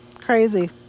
Crazy